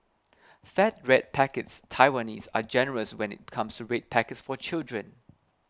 fat red packets Taiwanese are generous when it comes to red packets for children